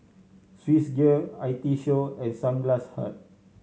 Swissgear I T Show and Sunglass Hut